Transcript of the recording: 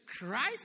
Christ